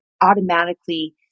automatically